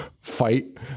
fight